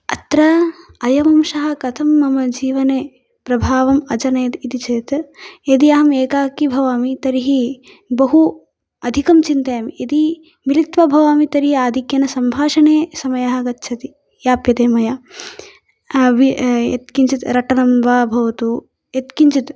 अत्र अयम् अंशः कथं मम जीवने प्रभावम् अजनयत् इति चेत् यदि अहम् एकाकी भवामि तर्हि बहु अधिकं चिन्तयामि यदि मिलित्वा भवामि आधिक्येन सम्भाषणे समयः गच्छति याप्यते मया अ वि य यत्किञ्चित् रटनं वा भवतु यत्किञ्चित्